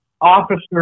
officer